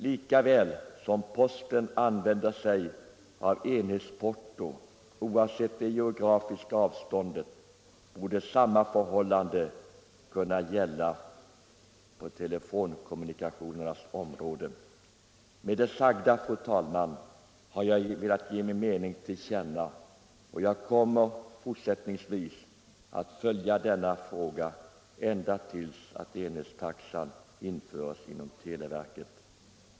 Lika väl som posten använder sig av enhetsporto oavsett det geografiska avståndet borde enhetlig taxa kunna gälla i fråga om telefonkommunikation. Med det sagda, fru talman, har jag velat ge min mening till känna. Jag kommer fortsättningsvis att följa denna fråga ända tills enhetstaxa införs inom televerket.